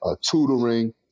tutoring